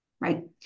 Right